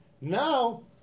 now